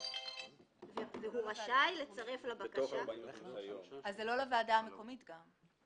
לבקשה תצורף שומת מקרקעין שנערכה על ידי שמאי מקרקעין.